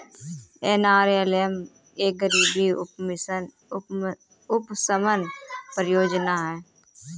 NRLM एक गरीबी उपशमन परियोजना है